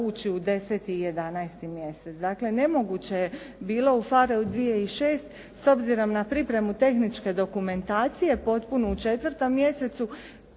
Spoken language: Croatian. u 10. i 11. mjesec. Dakle, nemoguće je bilo u PHARE-u 2006. s obzirom na pripremu tehničke dokumentacije, potpunu u 4. mjesecu